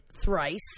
thrice